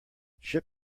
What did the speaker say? ship